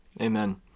amen